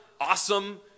awesome